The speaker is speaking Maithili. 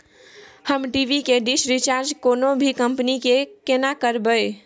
हम टी.वी के डिश रिचार्ज कोनो भी कंपनी के केना करबे?